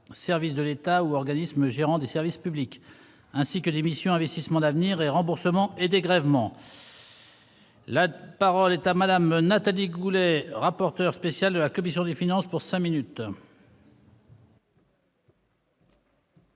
services de l'État ou organismes gérant du service public, ainsi que l'émission Investissements d'avenir et remboursements et dégrèvements. La parole est à madame Nathalie Goulet, rapporteur spécial de la commission des finances pour 5 minutes.